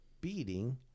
beating